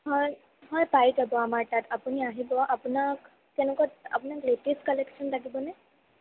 হয় হয় পাই যাব আমাৰ তাত আপুনি আহিব আপোনাক কেনেকুৱা আপোনাক লেটেষ্ট কালেকচন লাগিব নে